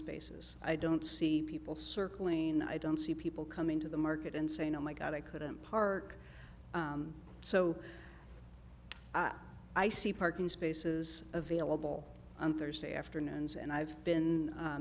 spaces i don't see people circling i don't see people coming to the market and saying oh my god i couldn't park so i see parking spaces available on thursday afternoons and i've been